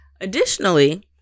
Additionally